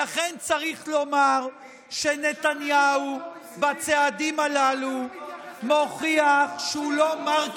למה אתה לא מתייחס,